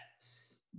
yes